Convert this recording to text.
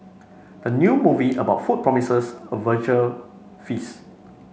the new movie about food promises a visual feast